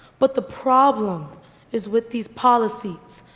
but the problem is with these policies,